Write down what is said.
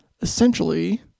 essentially